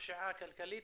פשיעה כלכלית.